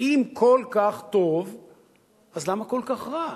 אם כל כך טוב אז למה כל כך רע?